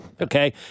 Okay